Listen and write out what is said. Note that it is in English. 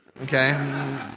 Okay